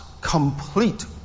complete